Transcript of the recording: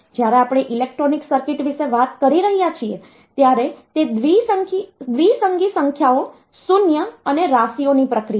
જ્યારે આપણે electronic circuit વિશે વાત કરી રહ્યા છીએ ત્યારે તે દ્વિસંગી સંખ્યાઓ શૂન્ય અને રાશિઓની પ્રક્રિયા છે